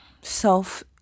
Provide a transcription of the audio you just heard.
self